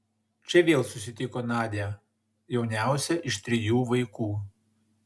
čia vėl susitiko nadią jauniausią iš trijų vaikų